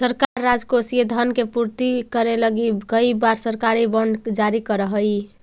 सरकार राजकोषीय धन के पूर्ति करे लगी कई बार सरकारी बॉन्ड जारी करऽ हई